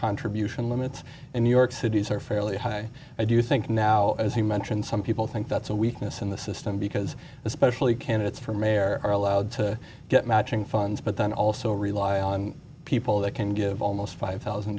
contribution limits in new york city's are fairly high i do think now as you mentioned some people think that's a weakness in the system because especially candidates for mayor are allowed to get matching funds but then also rely on people that can give almost five thousand